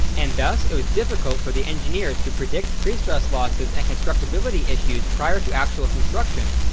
and thus it was difficult for the engineers to predict pre-stress losses and constructability issues prior to actual construction,